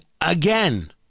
again